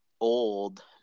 old